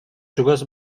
чугас